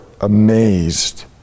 amazed